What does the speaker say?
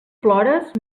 plores